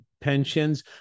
pensions